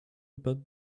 about